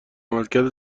عملکرد